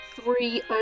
three